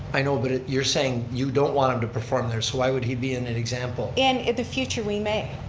i know but you're saying you don't want him to perform there so why would he be in an example? and in the future we may.